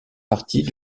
partie